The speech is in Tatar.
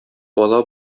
бала